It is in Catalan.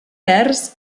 vers